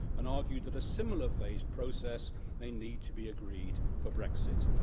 and argued that a similar phased process may need to be agreed for brexit.